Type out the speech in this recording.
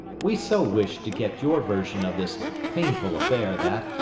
we so wished to get your version of this painful affair that,